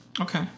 Okay